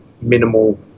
minimal